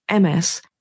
MS